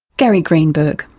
gary greenberg.